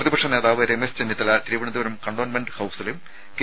പ്രതിപക്ഷ നേതാവ് രമേശ് ചെന്നിത്തല തിരുവനന്തപുരം കന്റോൺമെന്റ് ഹൌസിലും കെ